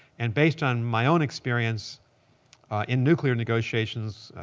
and based on my own experience in nuclear negotiations,